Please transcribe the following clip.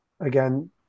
Again